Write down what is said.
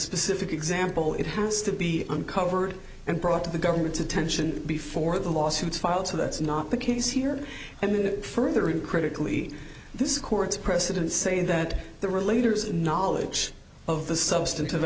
specific example it has to be uncovered and brought to the government's attention before the lawsuits filed so that's not the case here and then further in critically this court's precedent saying that the relator knowledge of the substan